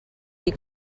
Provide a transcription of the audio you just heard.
dir